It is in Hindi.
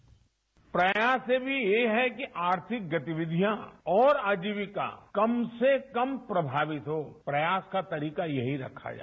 बाइट प्रयास अभी ये है कि आर्थिक गतिविधियां और आजीविका कम से कम प्रभावित हो प्रयास का तरीकाये ही रखा जाय